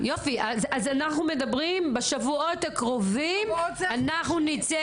אז אנחנו מדברים שבשבועות הקרובים נצא